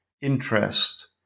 interest